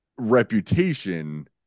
reputation